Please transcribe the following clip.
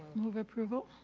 move approval.